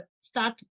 start